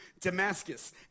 Damascus